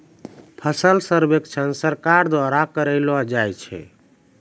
फसल सर्वेक्षण सरकार द्वारा करैलो जाय छै